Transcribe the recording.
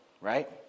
right